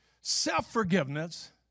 self-forgiveness